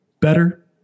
better